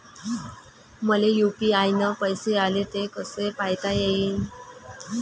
मले यू.पी.आय न पैसे आले, ते कसे पायता येईन?